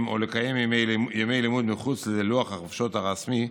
או לקיים ימי לימוד מחוץ ללוח החופשות הרשמי,